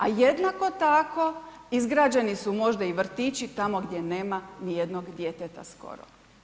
A jednako tako izgrađeni su možda i vrtići tamo gdje nema ni jednog djeteta skoro.